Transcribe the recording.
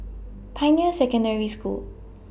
Pioneer Secondary School